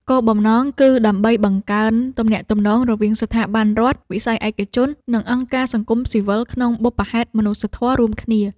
គោលបំណងគឺដើម្បីបង្កើនទំនាក់ទំនងរវាងស្ថាប័នរដ្ឋ វិស័យឯកជន និងអង្គការសង្គមស៊ីវិលក្នុងបុព្វហេតុមនុស្សធម៌រួមគ្នា។